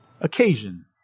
Occasion